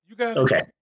okay